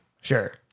Sure